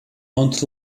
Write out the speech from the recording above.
mount